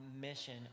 mission